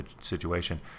situation